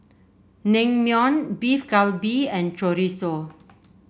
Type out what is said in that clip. Naengmyeon Beef Galbi and Chorizo